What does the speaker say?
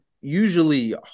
usually